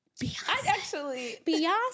Beyonce